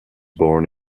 born